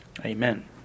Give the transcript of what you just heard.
Amen